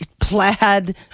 plaid